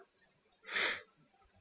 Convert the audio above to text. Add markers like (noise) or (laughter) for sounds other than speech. (noise)